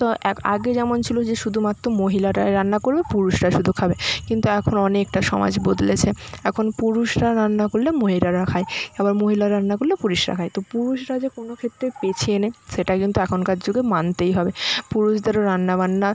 তো অ্যা আগে যেমন ছিলো যে শুধুমাত্র মহিলারাই রান্না করবে পুরুষরা শুধু খাবে কিন্তু এখন অনেকটা সমাজ বদলেছে এখন পুরুষরা রান্না করলে মহিরারা খায় আবার মহিলা রান্না করলে পুরুষরা খায় তো পুরুষরা যে কোনো ক্ষেত্রেই পিছিয়ে নেই সেটা কিন্তু এখনকার যুগে মানতেই হবে পুরুষদেরও রান্না বান্না